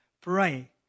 Pray